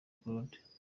claude